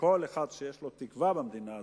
לכל אחד שיש לו תקווה במדינה הזאת,